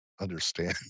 understand